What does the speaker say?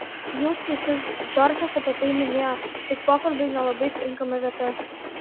jūs teisus džordžas apie tai minėjo tik pokalbiui nelabai tinkama vieta